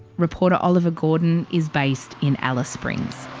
reporter oliver gordon is based in alice springs.